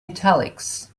italics